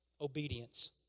Obedience